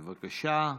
בבקשה.